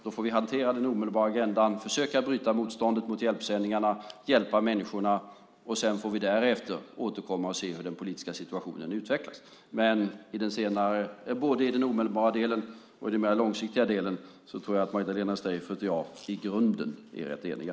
Då får vi hantera den omedelbara agendan, försöka bryta motståndet mot hjälpsändningarna och hjälpa människorna. Därefter får vi återkomma och se hur den politiska situationen utvecklas. Men både i den omedelbara delen och i den mer långsiktiga delen tror jag att Magdalena Streijffert och jag i grunden är rätt eniga.